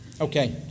okay